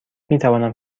میتوانم